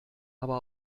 aber